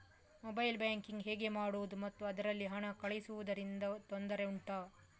mobile banking ಹೇಗೆ ಮಾಡುವುದು ಮತ್ತು ಅದರಲ್ಲಿ ಹಣ ಕಳುಹಿಸೂದರಿಂದ ತೊಂದರೆ ಉಂಟಾ